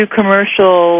commercial